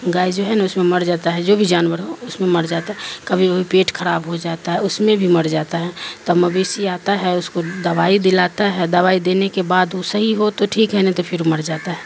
گائے جو ہے نا اس میں مر جاتا ہے جو بھی جانور ہو اس میں مر جاتا ہے کبھی کبھی پیٹ کراب ہو جاتا ہے اس میں بھی مر جاتا ہے تب مویسیی آتا ہے اس کو دوائی دلاتا ہے دوائی دینے کے بعد وہ صیح ہو تو ٹھیک ہے نا تو پھر مر جاتا ہے